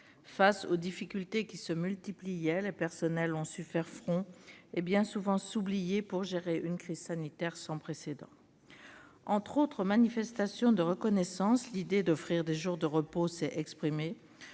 Face aux difficultés qui se multipliaient, les personnels ont su faire front, et bien souvent s'oublier, pour gérer une crise sanitaire sans précédent. Entre autres manifestations de reconnaissance, l'idée d'offrir des jours de repos s'est exprimée,